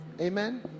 Amen